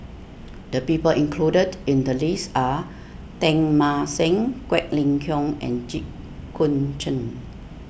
the people included in the list are Teng Mah Seng Quek Ling Kiong and Jit Koon Ch'ng